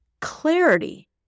clarity